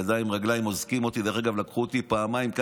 אוזקים אותי בידיים וברגליים.